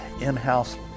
in-house